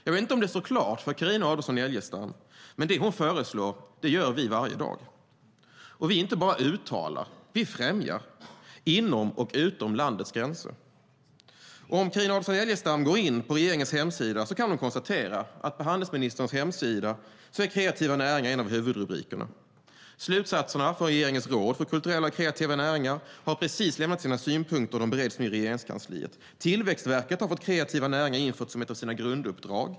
Jag vet inte om det står klart för Carina Adolfsson Elgestam, men det hon föreslår gör vi varje dag. Vi gör inte bara uttalanden - vi främjar de kreativa näringarna, inom och utom landets gränser. Går Carina Adolfsson Elgestam in på handelsministerns hemsida kan hon konstatera att kreativa näringar är en av huvudrubrikerna. Regeringens råd för kulturella och kreativa näringar har precis lämnat sina synpunkter, som nu bereds inom Regeringskansliet. Tillväxtverket har fått kreativa näringar infört som ett av sina grunduppdrag.